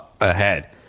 ahead